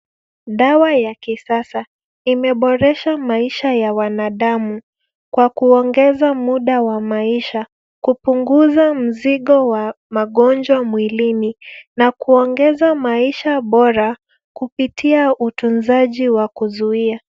Dawa ya kisasa imeboresha maisha ya wanadamu kwa kuongeza muda wa maisha, kupunguza mzigo wa magonjwa mwilini na kuongeza maisha bora kupitia utunzaji wa kuzuia.